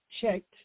checked